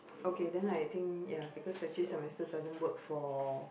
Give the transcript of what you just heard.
okay then I think ya because actually semester doesn't work for